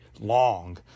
long